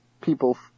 people